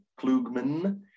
Klugman